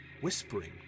whispering